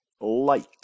light